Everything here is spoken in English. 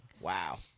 Wow